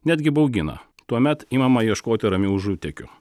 netgi baugina tuomet imama ieškoti ramių užutekių